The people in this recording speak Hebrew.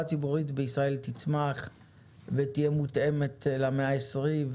הציבורית בישראל תצמח ותהיה מותאמת למאה ה-20,